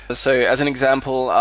but so as an example,